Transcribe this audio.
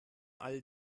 all